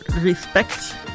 Respect